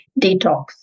detox